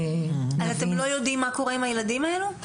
אתם לא יודעים מה קורה עם הילדים האלה?